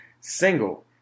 single